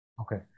okay